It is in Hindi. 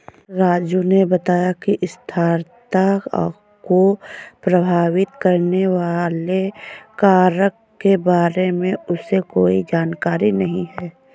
राजू ने बताया कि स्थिरता को प्रभावित करने वाले कारक के बारे में उसे कोई जानकारी नहीं है